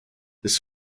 this